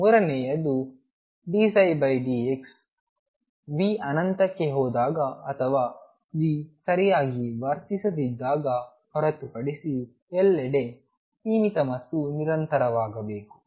ಮೂರನೆಯದು dψdx V ಅನಂತಕ್ಕೆ ಹೋದಾಗ ಅಥವಾ V ಸರಿಯಾಗಿ ವರ್ತಿಸದಿದ್ದಾಗ ಹೊರತುಪಡಿಸಿ ಎಲ್ಲೆಡೆ ಸೀಮಿತ ಮತ್ತು ನಿರಂತರವಾಗಿರಬೇಕು